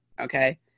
Okay